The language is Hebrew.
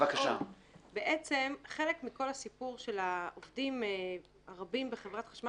חלק מכל הסיפור של העובדים הרבים בחברת החשמל